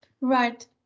Right